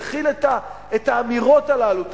תכיל את האמירות הללו,